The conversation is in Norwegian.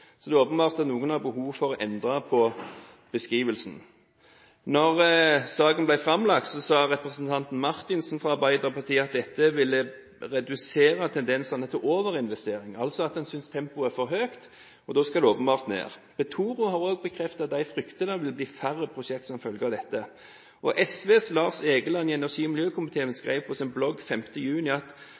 Så det er åpenbart at noen har behov for å endre på beskrivelsen. Da saken ble framlagt, sa representanten Marthinsen fra Arbeiderpartiet at dette ville redusere tendensene til overinvestering – altså at en synes at tempoet er for høyt, og da skal det åpenbart ned. Petoro har også bekreftet at de frykter at det vil bli færre prosjekter som følge av dette. Og SVs Lars Egeland i energi- og miljøkomiteen skrev på sin blogg 5. juni at